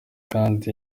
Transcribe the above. kandi